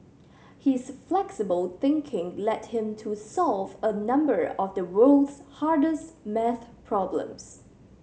his flexible thinking led him to solve a number of the world's hardest math problems